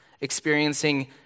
experiencing